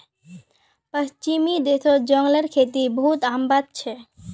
पश्चिमी देशत जंगलेर खेती बहुत आम बात छेक